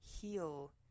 heal